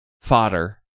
fodder